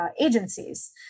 agencies